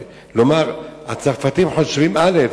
לומר: הצרפתים חושבים א',